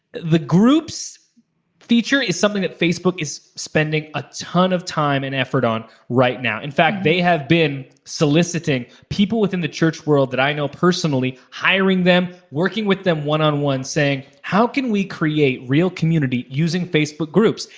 the groups feature is something that facebook is spending a ton of time and effort on right now. in fact, they have been soliciting people within the church world that i know personally, hiring them, working with them one on one, saying, how can we create real community using facebook groups?